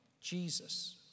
Jesus